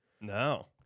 No